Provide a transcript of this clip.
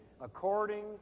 according